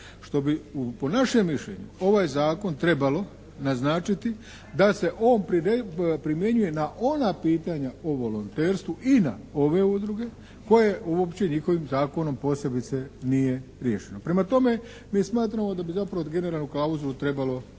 što bi po našem mišljenju ovaj zakon trebalo naznačiti da se on primjenjuje na ona pitanja o volonterstvu i na ove udruge koje uopće njihovim zakonom posebice nije riješeno. Prema tome, mi smatramo da bi zapravo generalnu klauzulu trebalo